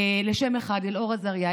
לשם אחד: אלאור עזריה.